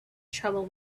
trouble